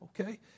okay